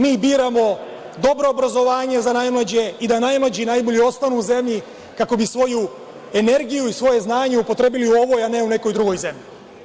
Mi biramo dobro obrazovanje za najmlađe i da najmlađi i najbolji ostanu u zemlji kako bi svoju energiju i svoje znanje upotrebili u ovoj, a ne u nekoj drugoj zemlji.